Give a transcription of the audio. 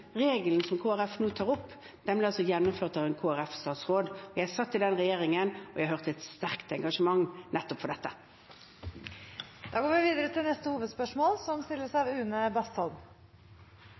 regelen som Kristelig Folkeparti nå tar opp, ble gjennomført av en Kristelig Folkeparti-statsråd. Jeg satt i den regjeringen, og jeg hørte et sterkt engasjement nettopp for dette. Vi går videre til neste hovedspørsmål. Jeg tror det er veldig mange norske innbyggere som